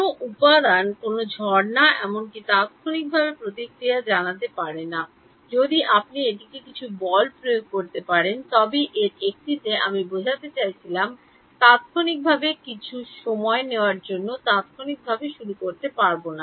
কোনও উপাদান কোনও ঝর্ণা এমনকি তাত্ক্ষণিকভাবে প্রতিক্রিয়া জানাতে পারে না যদি আপনি এটিতে কিছুটা বল প্রয়োগ করেন তবে এর একটিতে আমি বোঝাতে চাইছি তাত্ক্ষণিকভাবে এটি কিছুটা সময় নেওয়ার জন্য তাত্ক্ষণিকভাবে শুরু করতে পারে না